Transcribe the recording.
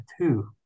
two